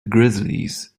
grizzlies